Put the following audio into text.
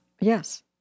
Yes